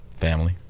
family